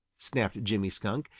snapped jimmy skunk.